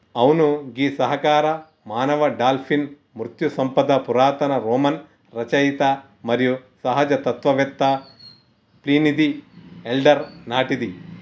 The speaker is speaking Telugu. అవును గీ సహకార మానవ డాల్ఫిన్ మత్స్య సంపద పురాతన రోమన్ రచయిత మరియు సహజ తత్వవేత్త ప్లీనీది ఎల్డర్ నాటిది